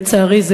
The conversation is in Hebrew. לצערי,